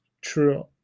true